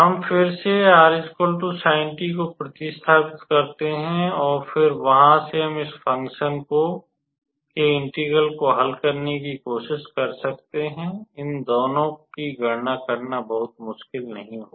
हम फिर से 𝑟 𝑠𝑖𝑛𝑡 को प्रतिस्थापित करते हैं और फिर वहां से हम इस फंकशन के इंटेग्रल को हल करने की कोशिश कर सकते हैं इन दोनों की गणना करना मुश्किल नहीं होगा